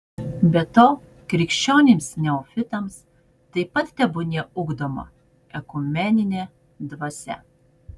be to krikščionims neofitams taip pat tebūnie ugdoma ekumeninė dvasia